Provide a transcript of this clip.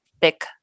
thick